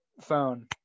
phone